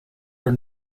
are